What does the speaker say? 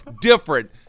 different